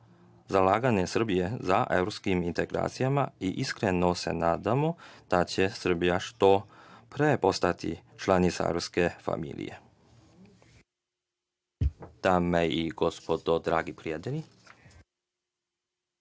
zalaganje Srbije za evropski integritet i iskreno se nadamo da će Srbija što pre postati članica evropske familije. Dame